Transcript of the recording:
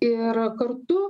ir kartu